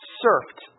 surfed